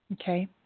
Okay